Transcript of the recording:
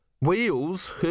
Wheels